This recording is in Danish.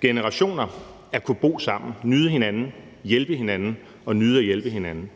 generationer at kunne bo sammen, nyde hinanden, hjælpe hinanden og nyde at hjælpe hinanden.